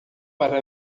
para